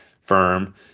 firm